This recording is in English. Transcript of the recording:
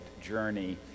journey